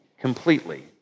completely